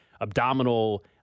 abdominal